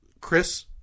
Chris